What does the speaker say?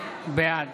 בעד